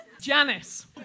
Janice